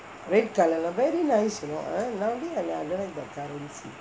red colour very nice you know nowadays I don't like the currency